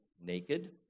naked